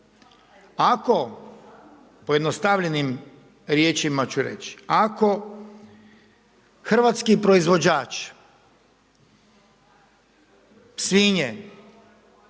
Ako pojednostavljenim riječima ću reći, ako hrvatski proizvođač svinje